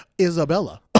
Isabella